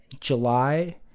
July